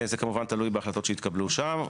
זה כמובן תלוי בהחלטות שיתקבלו שם.